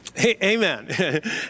Amen